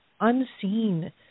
unseen